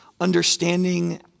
understanding